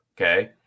okay